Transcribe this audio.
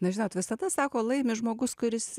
na žinot visada sako laimi žmogus kuris